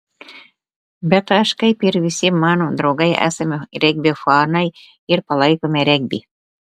bet aš kaip ir visi mano draugai esame regbio fanai ir palaikome regbį